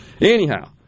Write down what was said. Anyhow